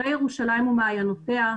הרי ירושלים ומעיינותיה,